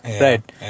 right